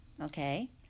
Okay